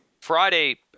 Friday